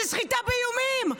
זה סחיטה באיומים.